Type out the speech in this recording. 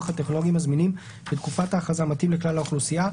הטכנולוגיים הזמינים בתקופת ההכרזה מתאים לכלל האוכלוסייה,